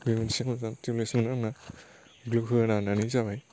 बे मोनसे मोजां थिउबलेसमोन आंना ग्लु होहोनानै जाबाय